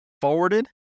forwarded